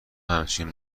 همچین